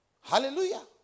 Hallelujah